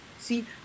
see